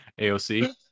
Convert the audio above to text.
AOC